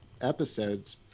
episodes